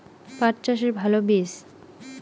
পাঠ চাষের ভালো বীজ?